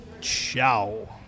Ciao